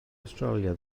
awstralia